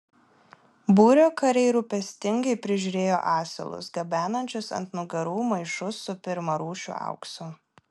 būrio kariai rūpestingai prižiūrėjo asilus gabenančius ant nugarų maišus su pirmarūšiu auksu